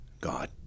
God